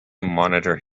monitor